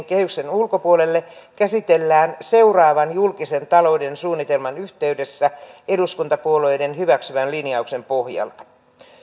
kehyksen ulkopuolelle käsitellään seuraavan julkisen talouden suunnitelman yhteydessä eduskuntapuolueiden hyväksymän linjauksen pohjalta